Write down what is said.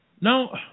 No